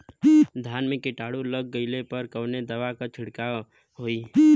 धान में कीटाणु लग गईले पर कवने दवा क छिड़काव होई?